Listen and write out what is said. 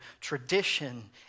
Tradition